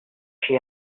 she